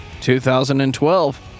2012